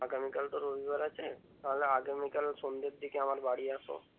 আগামীকাল তো রবিবার আছে তাহলে আগামীকাল সন্ধের দিকে আমার বাড়ি আসো